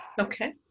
okay